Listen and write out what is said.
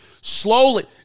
slowly